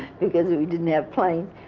because we we didn't have planes,